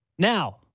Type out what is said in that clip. Now